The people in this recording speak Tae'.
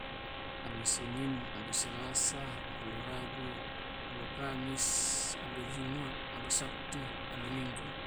Allo senin, allo salasa, allo rabu, allo kamis, allo jumat, allo sabtu, allo minggu